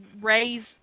raise